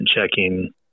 checking